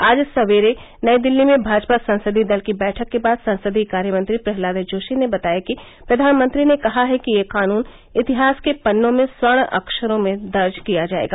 आज सयेरे नई दिल्ली में भाजपा संसदीय दल की बैठक के बाद संसदीय कार्यमंत्री प्रहलाद जोशी ने बताया कि प्रधानमंत्री ने कहा है कि यह कानून इतिहास के पन्नों में स्वर्ण अक्षरों में दर्ज किया जायेगा